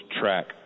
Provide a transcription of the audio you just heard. track